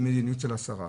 במדיניות של השרה,